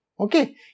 Okay